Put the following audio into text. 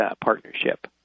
partnership